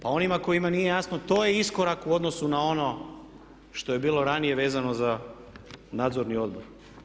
Pa onima kojima nije jasno to je iskorak u odnosu na ono što je bilo ranije vezano za nadzorni odbor.